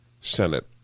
Senate